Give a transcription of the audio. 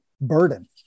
burden